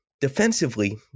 defensively